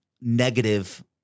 negative